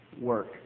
work